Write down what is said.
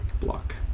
block